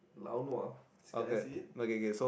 lau nua can I see it